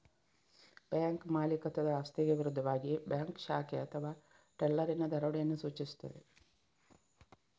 bank ಮಾಲೀಕತ್ವದ ಆಸ್ತಿಗೆ ವಿರುದ್ಧವಾಗಿ ಬ್ಯಾಂಕ್ ಶಾಖೆ ಅಥವಾ ಟೆಲ್ಲರಿನ ದರೋಡೆಯನ್ನು ಸೂಚಿಸುತ್ತದೆ